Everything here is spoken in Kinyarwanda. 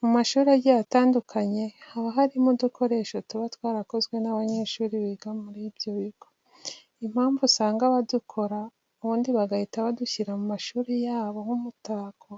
Mu mashuri agiye atandukanye haba harimo udukoresho tuba twarakozwe n'abanyeshuri biga muri ibyo bigo. Impamvu usanga badukora ubundi bagahita badushyira mu mashuri yabo nk'umutako,